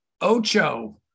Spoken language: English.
Ocho